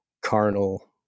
carnal